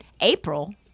April